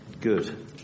Good